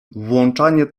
włączanie